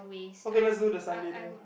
okay let's do the Sunday then